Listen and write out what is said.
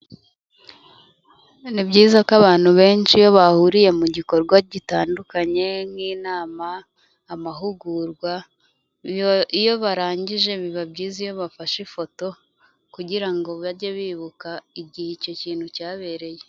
Ni byiza ko abantu benshi, iyo bahuriye mu gikorwa gitandukanye n'inama, amahugurwa, iyo barangije biba byiza iyo bafashe ifoto, kugira ngo bajye bibuka igihe icyo kintu cyabereye.